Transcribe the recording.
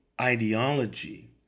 ideology